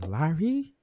larry